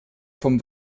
vom